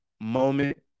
moment